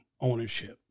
ownership